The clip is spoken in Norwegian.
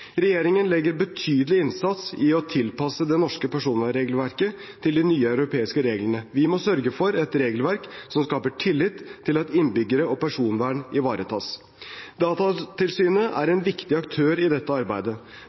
Regjeringen legger betydelig innsats i å tilpasse det norske personvernregelverket til de nye europeiske reglene. Vi må sørge for et regelverk som skaper tillit til at innbyggernes personvern ivaretas. Datatilsynet er en viktig aktør i dette arbeidet.